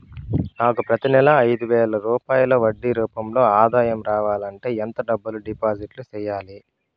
నాకు ప్రతి నెల ఐదు వేల రూపాయలు వడ్డీ రూపం లో ఆదాయం రావాలంటే ఎంత డబ్బులు డిపాజిట్లు సెయ్యాలి?